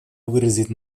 выразить